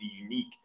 unique